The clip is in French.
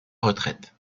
retraite